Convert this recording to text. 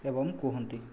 ଏବଂ କୁହନ୍ତି